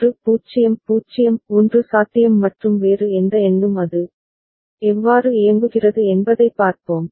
1 0 0 1 சாத்தியம் மற்றும் வேறு எந்த எண்ணும் அது எவ்வாறு இயங்குகிறது என்பதைப் பார்ப்போம்